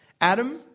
Adam